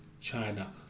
China